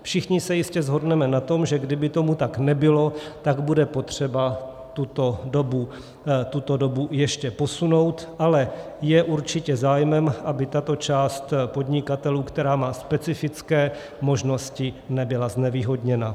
Všichni se jistě shodneme na tom, že kdyby tomu tak nebylo, tak bude potřeba tuto dobu ještě posunout, ale je určitě zájmem, aby tato část podnikatelů, která má specifické možnosti, nebyla znevýhodněna.